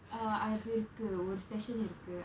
uh அது இருக்கு ஒரு:athu irukku oru session இருக்கு:irukku